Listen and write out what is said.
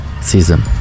Season